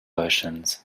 oceans